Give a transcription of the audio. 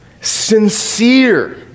sincere